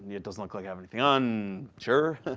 it does look like i have anything on. sure.